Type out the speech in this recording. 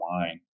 wine